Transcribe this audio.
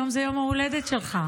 היום זה יום ההולדת שלך.